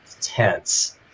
tense